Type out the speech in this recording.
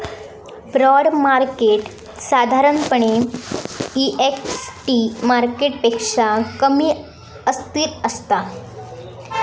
bond market साधारणपणे equity मार्केटपेक्षा कमी अस्थिर असता